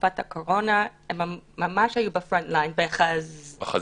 בתקופת הקורונה, הן ממש היו בחזית,